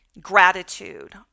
gratitude